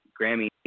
Grammy